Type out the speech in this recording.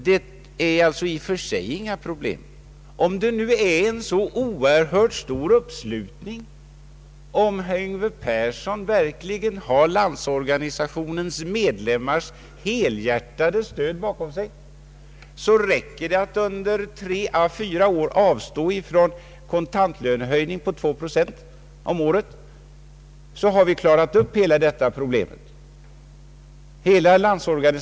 Det är alltså i och för sig inga problem — om herr Yngve Persson har LO-medlemmarnas = helhjärtade stöd bakom sig, räcker det att under 3 å 4 år avstå från en kontantlönehöjning på 2 procent om året, så har vi klarat upp hela frågan.